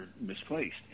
misplaced